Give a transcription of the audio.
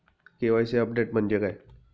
KYC update म्हणजे काय?